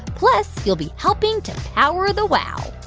plus, you'll be helping to power the wow.